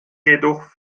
jedoch